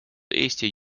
eesti